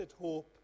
hope